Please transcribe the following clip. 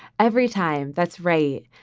every time. that's right.